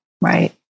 right